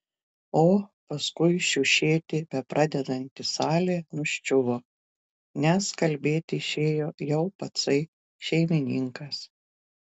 o paskui šiušėti bepradedanti salė nuščiuvo nes kalbėti išėjo jau patsai šeimininkas